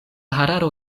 hararo